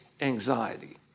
anxiety